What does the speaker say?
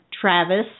Travis